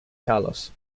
carlos